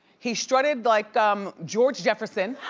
he strutted like um george jefferson.